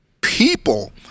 people